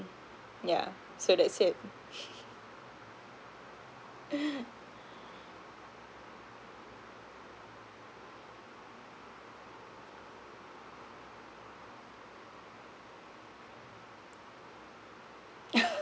yeah so that's it